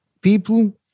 people